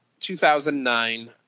2009